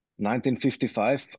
1955